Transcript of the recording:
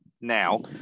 now